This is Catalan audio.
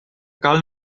cal